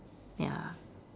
ya